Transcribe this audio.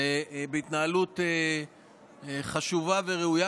ובהתנהלות חשובה וראויה.